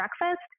breakfast